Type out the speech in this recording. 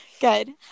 Good